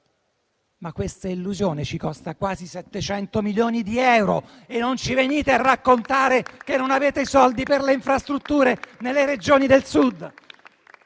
Quest'illusione ci costa però quasi 700 milioni di euro e non venite a raccontarci che non avete i soldi per le infrastrutture nelle Regioni del Sud!